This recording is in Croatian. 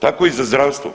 Tako i za zdravstvo.